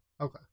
Okay